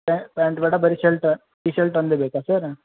ಪ್ಯಾ pant ಬೇಡ ಬರಿ shirt T shirt ಒಂದೆ ಬೇಕ ಸರ್